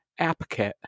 AppKit